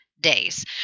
days